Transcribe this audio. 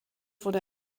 wurde